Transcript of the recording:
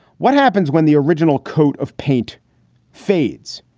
what happens when the original coat of paint fades?